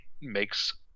makes